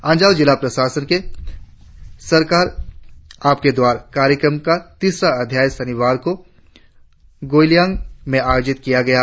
अंजाव जिला प्रशासन के सरकार आपके द्वार कार्यक्रम का तीसरा अध्याय शनिवार को गोयलियांग में आयोजित किया गया था